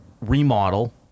remodel